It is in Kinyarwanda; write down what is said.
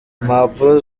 impapuro